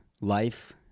life